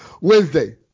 Wednesday